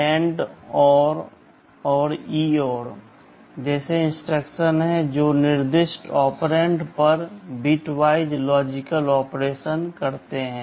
AND ORR और EOR जैसे instruction हैं जो निर्दिष्ट ऑपरेंड पर बिटवाइज़ लॉजिकल ऑपरेशन करते हैं